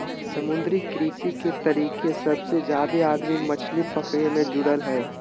समुद्री कृषि के तरीके सबसे जादे आदमी मछली पकड़े मे जुड़ल हइ